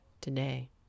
today